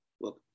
Look